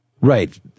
Right